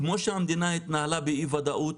כמו שהמדינה התנהלה באי-וודאות,